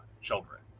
children